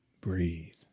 breathe